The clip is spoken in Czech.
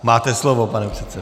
Máte slovo, pane předsedo.